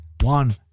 One